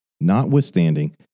Notwithstanding